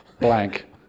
blank